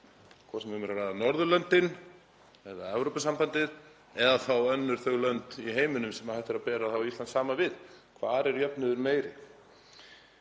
Hvort sem um er að ræða Norðurlöndin eða Evrópusambandið eða þá önnur þau lönd í heiminum sem hægt er að bera Ísland saman við, hvar er jöfnuður meiri?